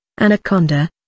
anaconda